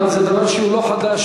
אבל זה דבר שהוא לא חדש,